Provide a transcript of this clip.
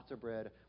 bread